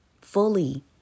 fully